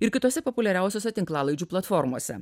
ir kitose populiariausiose tinklalaidžių platformose